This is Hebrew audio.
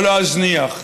לא להזניח,